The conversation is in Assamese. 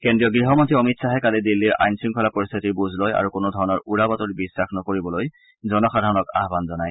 কেন্দ্ৰীয় গৃহমন্ত্ৰী অমিত খাহে কালি দিল্লীৰ আইন শৃংখলা পৰিস্থিতিৰ বুজ লয় আৰু কোনোধৰণৰ উৰা বাতৰিত বিশ্বাস নকৰিবলৈ জনসাধাৰণক আয়ান জনায়